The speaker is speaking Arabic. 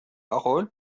أقول